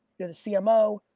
you're the cmo,